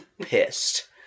pissed